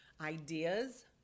ideas